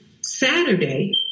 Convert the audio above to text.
Saturday